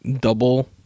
double